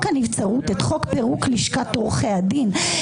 הנבצרות; את חוק פירוק לשכת עורכי הדין,